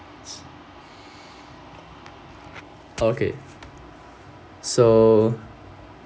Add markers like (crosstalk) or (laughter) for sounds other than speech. (noise) (breath) okay so